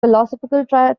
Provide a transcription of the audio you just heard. philosophical